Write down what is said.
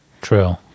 True